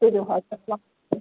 تُلِو حظ اسلام علیکُم